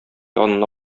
янына